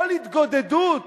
כל התגודדות